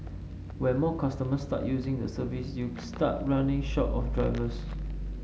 when more customers start using the service you start running short of drivers